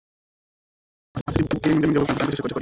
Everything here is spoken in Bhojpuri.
आपन मोबाइल से मसिक प्रिमियम के भुगतान कइसे करि?